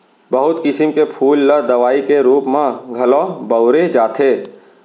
बहुत किसम के फूल ल दवई के रूप म घलौ बउरे जाथे